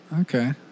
okay